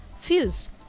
feels